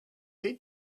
hate